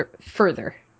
further